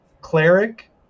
cleric